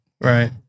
Right